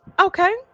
okay